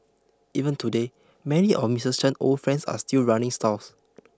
even today many of Mrs Chen old friends are still running stalls